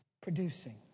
producing